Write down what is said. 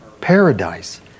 paradise